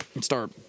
Start